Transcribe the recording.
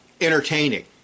entertaining